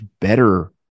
better